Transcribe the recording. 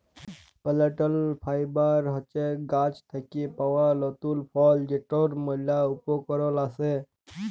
plant fibre হছে গাহাচ থ্যাইকে পাউয়া তল্তু ফল যেটর ম্যালা উপকরল আসে